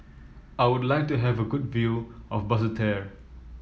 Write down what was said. I would like to have a good view of Basseterre